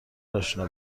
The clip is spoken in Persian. اشنا